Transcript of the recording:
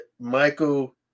Michael